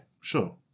sure